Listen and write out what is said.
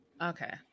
Okay